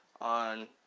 on